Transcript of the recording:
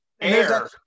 air